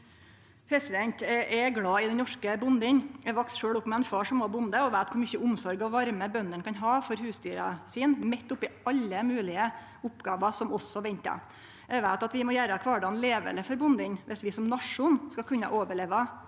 framsteg. Eg er glad i den norske bonden. Eg vaks sjølv opp med ein far som var bonde, og eg veit kor mykje omsorg og varme bøndene kan ha for husdyra sine midt oppi alle moglege oppgåver som også ventar. Eg veit at vi må gjere kvardagen leveleg for bonden viss vi som nasjon skal kunne overleve